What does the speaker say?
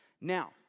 Now